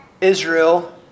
Israel